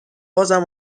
عذر